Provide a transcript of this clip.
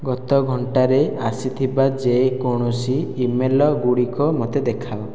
ଗତ ଘଣ୍ଟାରେ ଆସିଥିବା ଯେକୌଣସି ଇମେଲ୍ଗୁଡ଼ିକ ମୋତେ ଦେଖାଅ